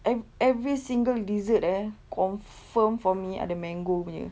ev~ every single dessert eh confirm for me ada mango punya